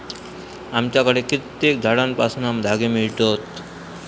आमच्याकडे कित्येक झाडांपासना धागे मिळतत